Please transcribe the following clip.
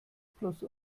plus